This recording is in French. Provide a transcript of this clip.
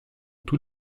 tout